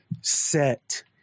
set